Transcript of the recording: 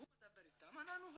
הוא מדבר איתם ואנחנו חותמים.